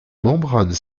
membranes